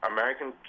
American